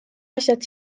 asjad